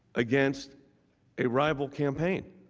against a rival campaign